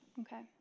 Okay